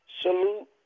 Salute